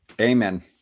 Amen